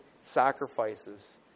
sacrifices